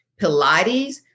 pilates